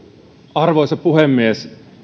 arvoisa puhemies